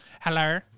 Hello